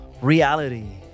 reality